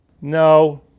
No